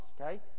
Okay